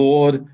Lord